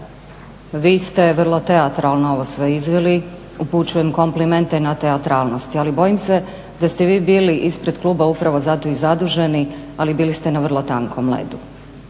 vi ste vrlo teatralno ovo sve izveli. Upućujem komplimente na teatralnost, ali bojim se da ste vi bili ispred kluba upravo zato i zaduženi ali bili ste na vrlo tankom ledu.